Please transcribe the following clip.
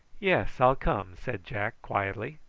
yes, i'll come, said jack quietly.